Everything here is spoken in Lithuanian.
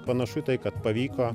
panašu į tai kad pavyko